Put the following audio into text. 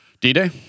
D-Day